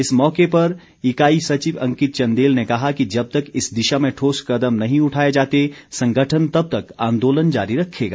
इस मौके पर इकाई सचिव अंकित चंदेल ने कहा कि जब तक इस दिशा में ठोस कदम नहीं उठाए जाते संगठन तब तक आंदोलन जारी रखेगा